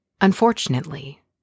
Unfortunately